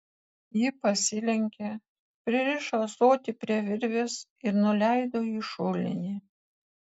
ji pasilenkė pririšo ąsotį prie virvės ir nuleido į šulinį